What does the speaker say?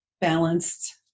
balanced